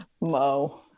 Mo